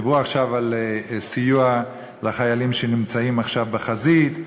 דיברו עכשיו על סיוע לחיילים שנמצאים עכשיו בחזית,